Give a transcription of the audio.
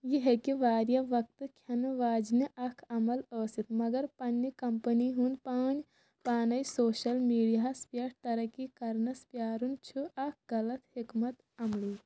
یہِ ہیٚکہِ واریاہ وقت کھیٚنہٕ واجیٚنہِ اَکھ عمل ٲسِتھ مگر پنٛنہِ کمپٔنی ہُنٛد پان پانے سوشَل میٖڈیاہس پیٚٹھ ترقی کرنَس پیٛارُن چھ اَکھ غلط حِکمت عملی